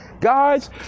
guys